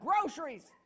groceries